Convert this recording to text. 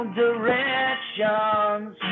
directions